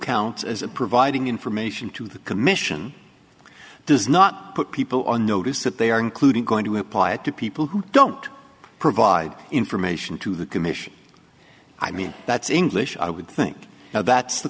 counts as a providing information to the commission does not put people on notice that they are including going to apply to people who don't provide information to the commission i mean that's english i would think now that's the